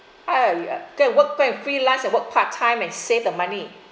go and work go and freelance and work part time and save the money